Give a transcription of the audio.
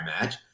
match